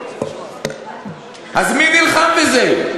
אז מי נלחם בזה?